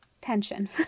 tension